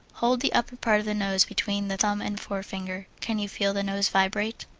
hold the upper part of the nose between the thumb and forefinger. can you feel the nose vibrate?